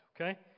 okay